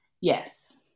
yes